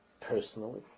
personally